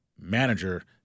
manager